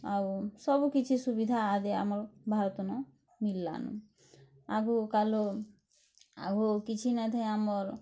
ଆଉ ସବୁ କିଛି ସୁବିଧା ଆଦି ଆମର ଭାରତନୁଁ ମିଲ୍ଲାନୁଁ ଆଗୁ କାଲ ଆଉ କିଛି ନ ଥାଇ ଆମର